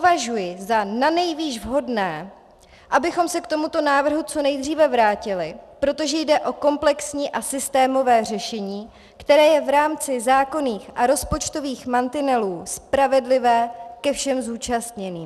Považuji za nanejvýš vhodné, abychom se k tomuto návrhu co nejdříve vrátili, protože jde o komplexní a systémové řešení, které je v rámci zákonných a rozpočtových mantinelů spravedlivé ke všem zúčastněným.